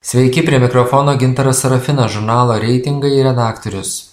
sveiki prie mikrofono gintaras serafinas žurnalo reitingai redaktorius